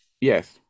Yes